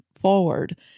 forward